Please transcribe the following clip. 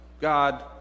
God